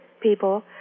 people